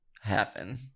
happen